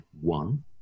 one